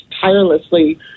tirelessly